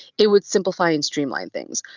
it would simplify and streamline things.